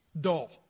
dull